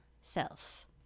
self